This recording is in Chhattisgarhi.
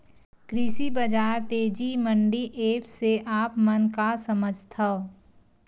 कृषि बजार तेजी मंडी एप्प से आप मन का समझथव?